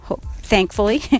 thankfully